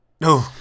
No